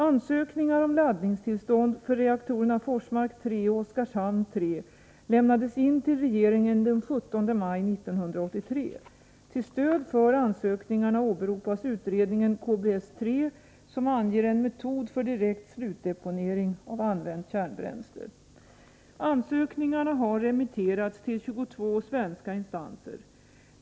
Ansökningar om laddningstillstånd för reaktorerna Forsmark 3 och Oskarshamn 3 lämnades in till regeringen den 17 maj 1983. Till stöd för ansökningarna åberopas utredningen KBS-3, som anger en metod för direkt slutdeponering av använt kärnbränsle. Ansökningarna har remitterats till tjugotvå svenska instanser.